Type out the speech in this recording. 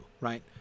right